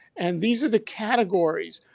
and these are the categories,